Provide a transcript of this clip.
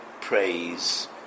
praise